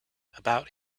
about